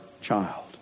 child